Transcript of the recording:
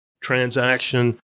transaction